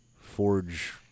forge